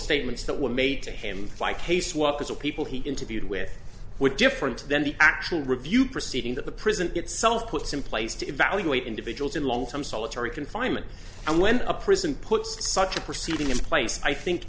statements that were made to him by caseworkers the people he interviewed with were different than the actual review proceeding that the prison itself puts in place to evaluate individuals in long term solitary confinement and when a prison puts such a proceeding in place i think